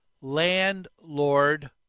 landlord